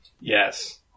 Yes